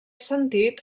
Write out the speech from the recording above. sentit